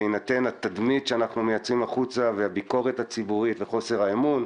בהינתן התדמית שאנחנו מייצרים והביקורת הציבורית וחוסר האמון,